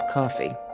coffee